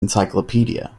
encyclopedia